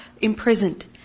imprisoned